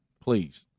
please